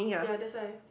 ya that's why